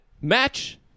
Match